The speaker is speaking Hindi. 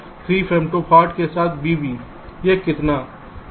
3 फेमटॉफर्ड के साथ vB यह कितना है